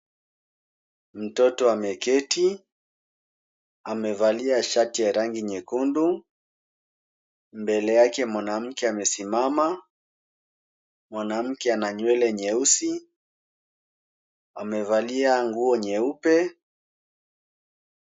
Mtoto ameketi. Amevalia shati ya rangi nyekundu. Mbele yake mwanamke amesimama. Mwanamke ana nywele nyeusi. Amevalia nguo nyeupe.